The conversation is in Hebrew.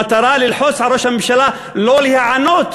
במטרה ללחוץ על ראש הממשלה שלא להיענות